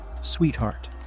Sweetheart